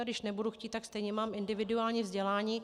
A když nebudu chtít, tak stejně mám individuální vzdělání.